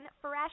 fresh